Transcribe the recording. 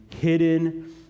hidden